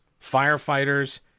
firefighters